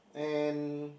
and